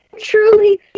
truly